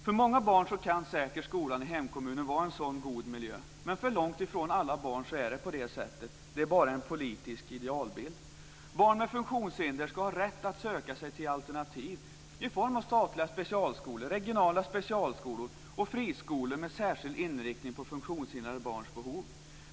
För många barn kan säkert skolan i hemkommunen vara en sådan god miljö, men för långt ifrån alla barn är det på det sättet. Det är bara en politisk idealbild. Barn med funktionshinder ska ha rätt att söka sig till alternativ i form av statliga specialskolor, regionala specialskolor och friskolor med särskild inriktning på funktionshindrade barns behov.